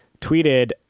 tweeted